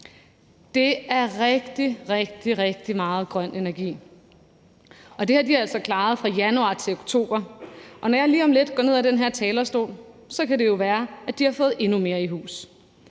Det er rigtig, rigtig meget grøn energi, og det har de altså klaret fra januar til oktober. Når jeg lige om lidt går ned ad den her talerstol, kan det jo være, at de har fået endnu mere i hus.